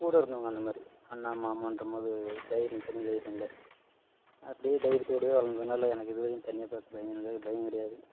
கூட இருந்தவங்க அந்தமாதிரி அண்ணா மாமான்ற போது தைரியம் தனி தைரியம் இல்லை அப்படியே தைரியத்தோடவே வளர்ந்ததுனால எனக்கு இது வரையும் தண்ணியை பார்த்து பயந்தது பயங் கிடையாது